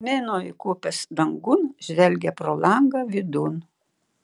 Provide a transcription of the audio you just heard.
mėnuo įkopęs dangun žvelgia pro langą vidun